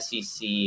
SEC